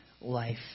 life